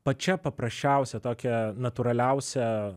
pačia paprasčiausia tokia natūraliausia